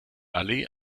allee